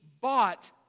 bought